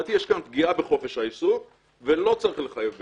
לדעתי יש כאן פגיעה בחופש העיסוק ולא צריך לחייב בהשתלמויות.